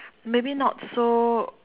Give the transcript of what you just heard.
maybe not so